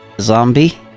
zombie